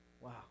Wow